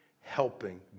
helping